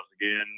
again